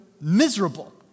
miserable